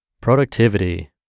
Productivity